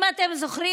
אם אתם זוכרים,